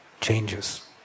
changes